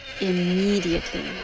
immediately